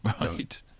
right